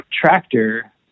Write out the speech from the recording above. tractor